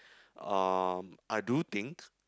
uh I do think